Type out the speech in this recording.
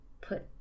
put